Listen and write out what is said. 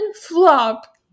flop